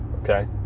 okay